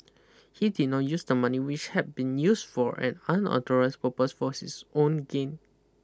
he did not use the money which had been use for an unauthorised purpose for this own gain